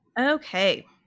okay